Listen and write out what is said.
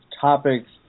topics